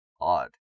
odd